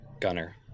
gunner